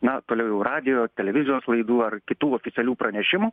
na toliau jau radijo televizijos laidų ar kitų oficialių pranešimų